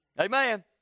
Amen